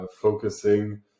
focusing